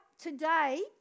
Today